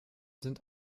sind